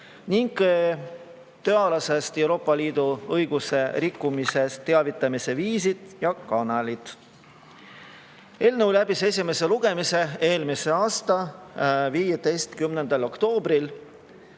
ning tööalasest Euroopa Liidu õiguse rikkumisest teavitamise viisid ja kanalid. Eelnõu läbis esimese lugemise eelmise aasta 15. [novembril].